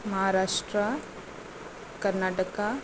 Maharashtra Karnataka